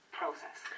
process